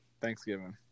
Thanksgiving